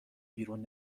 بیرون